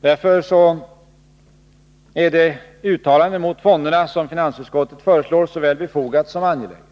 Därför är det uttalande mot fonderna som finansutskottet föreslår såväl befogat som angeläget.